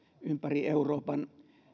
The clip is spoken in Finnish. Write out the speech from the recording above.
ympäri euroopan